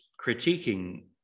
critiquing